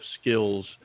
skills